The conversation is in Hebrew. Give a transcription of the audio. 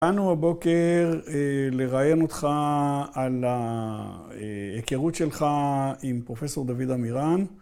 ‫לנו הבוקר לראיין אותך על ההיכרות ‫שלך עם פרופ' דוד עמירן.